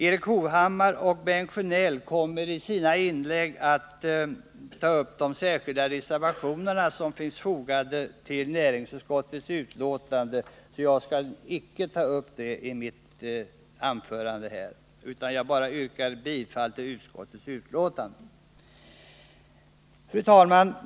Erik Hovhammar och Bengt Sjönell kommer i sina inlägg att ta upp de reservationer som finns fogade vid näringsutskottets betänkande. Jag skall icke ta upp dem i mitt anförande här, utan jag bara yrkar bifall till utskottets förslag. Fru talman!